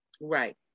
Right